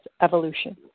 evolution